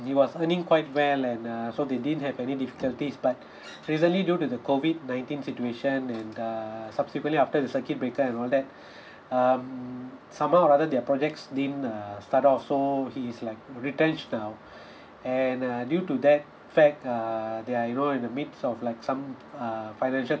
he was earning quite well and uh so they didn't have any difficulties but recently due to the COVID nineteen situation and uh subsequently after the circuit breaker and all that um somehow rather their projects didn't uh start off so he is like retrench down and uh due to that fact uh they are you know in the midst of like some uh financial